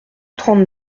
trente